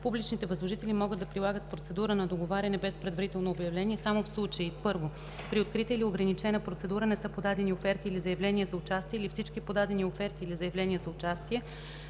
Публичните възложители могат да прилагат процедура на договаряне без предварително обявление само в следните случаи: 1. при открита или ограничена процедура не са подадени оферти или заявления за участие или всички подадени оферти или заявления за участие